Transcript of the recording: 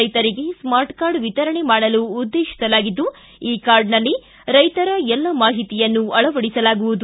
ರೈತರಿಗೆ smart card ವಿತರಣೆ ಮಾಡಲು ಉದ್ದೇಶಿಸಲಾಗಿದ್ದು ಈ ಕಾರ್ಡ್ನಲ್ಲಿ ರೈತರ ಎಲ್ಲ ಮಾಹಿತಿಯನ್ನು ಅಳವಡಿಸಲಾಗುವುದು